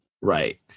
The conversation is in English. Right